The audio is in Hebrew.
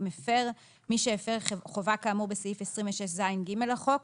"מפר" מי שהפר חובה כאמור בסעיף 26ז(ג) לחוק.